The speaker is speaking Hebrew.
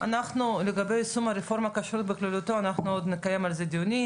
לגבי יישום הרפורמה בכשרות בכללותה אנחנו עוד נקיים דיונים,